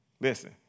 Listen